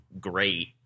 great